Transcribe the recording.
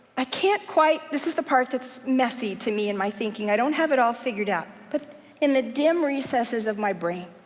i can't quite, this is the part that's messy to me in my thinking. i don't have it all figured out, but in the dim recesses of my brain,